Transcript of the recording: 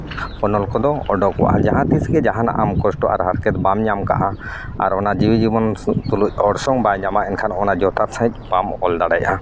ᱚᱱᱚᱞ ᱠᱚᱫᱚ ᱚᱰᱳᱠᱚᱜᱼᱟ ᱡᱟᱦᱟᱸ ᱛᱤᱥ ᱜᱮ ᱟᱢ ᱠᱚᱥᱴᱚ ᱟᱨ ᱦᱟᱨᱠᱮᱛ ᱵᱟᱢ ᱧᱟᱢ ᱠᱟᱜᱼᱟ ᱟᱨ ᱚᱱᱟ ᱡᱤᱣᱤ ᱡᱤᱵᱚᱱ ᱥᱩᱠ ᱛᱩᱞᱩᱡ ᱚᱢᱥᱚᱝ ᱵᱟᱭ ᱧᱟᱢᱟ ᱮᱱᱠᱷᱟᱱ ᱚᱱᱟ ᱡᱚᱛᱷᱟᱛ ᱥᱟᱹᱦᱤᱡ ᱵᱟᱢ ᱚᱞ ᱫᱟᱲᱮᱭᱟᱜᱼᱟ